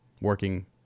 working